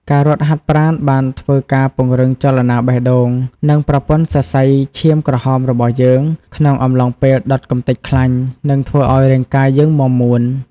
ការរត់ហាត់ប្រាណបានធ្វើការពង្រឹងចលនាបេះដូង និង ប្រព័ន្ធសសៃឈាមក្រហមរបស់យើង ក្នុងអំឡុងពេលដុតកំទេចខ្លាញ់ និង ធ្វើឲ្យរាងកាយយើងមាំមួន។